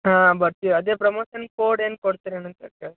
ಹಾಂ ಬರ್ತೀವಿ ಅದೇ ಪ್ರಮೋಷನ್ ಕೋಡ್ ಏನು ಕೊಡ್ತೀರೇನು ಅಂತ್ಹೇಳಿ ಕೇಳಿದೆ